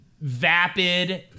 vapid